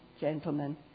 gentlemen